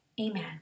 amen